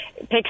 pick